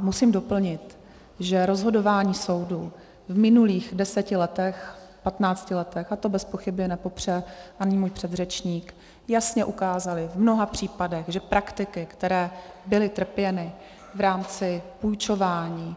Musím doplnit, že rozhodování soudů v minulých deseti letech, patnácti letech, a to bez pochyby nepopře ani můj předřečník, jasně ukázalo v mnoha případech, že praktiky, které byly trpěny v rámci půjčování,